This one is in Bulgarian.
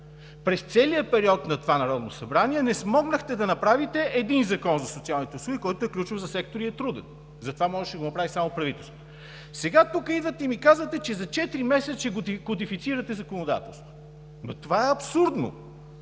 През целия период на това Народно събрание не смогнахте да направите един Закон за социалните услуги, който е ключов за сектора и е труден, затова можеше да го направи само правителството. Сега тук идвате и ми казвате, че за четири месеца ще кодифицирате законодателство, но това е абсурдно.